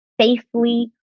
safely